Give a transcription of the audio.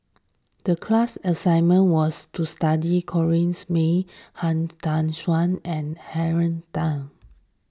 the class assignment was to study Corrinne May Han Tan Juan and Darrell Ang